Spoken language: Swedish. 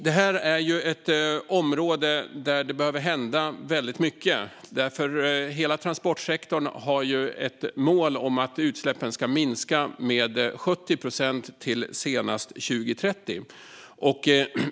Det här är ett område där det behöver hända väldigt mycket. Hela transportsektorn har ett mål om att utsläppen ska minska med 70 procent till senast 2030.